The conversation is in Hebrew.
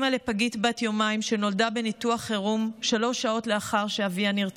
אימא לפגה בת יומיים שנולדה בניתוח חירום שלוש שעות לאחר שאביה נרצח,